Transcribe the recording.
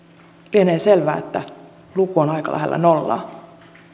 lienee selvää että luku on aika lähellä nollaa